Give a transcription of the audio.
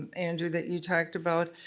andrew that you talked about.